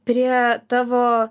prie tavo